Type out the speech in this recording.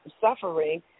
suffering